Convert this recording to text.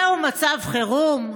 זהו מצב חירום?